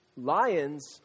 Lions